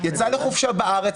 יצא לחופשה בארץ?